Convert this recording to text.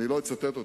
אני לא אצטט אותו,